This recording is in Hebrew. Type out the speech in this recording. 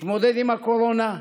להתמודד עם הקורונה,